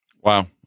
Wow